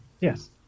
Yes